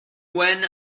when